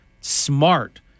smart